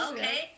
Okay